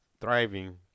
thriving